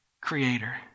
creator